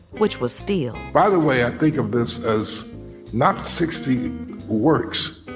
which was steel, by the way, i think of this as not sixty works.